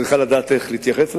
צריכה לדעת איך להתייחס אליהם,